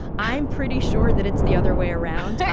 i'm pretty sure that it's the other way around.